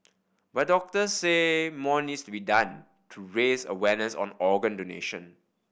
but doctors say more needs to be done to raise awareness on organ donation